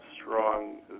strong